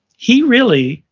he really,